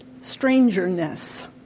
strangeness